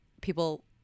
people